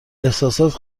احساسات